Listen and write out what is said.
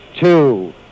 two